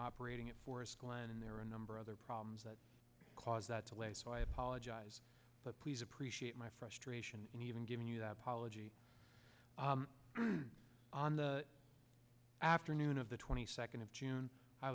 operating at forest glen and there are a number other problems that cause that delay so i apologize but please appreciate my frustration and even giving you that apology on the afternoon of the twenty second of june i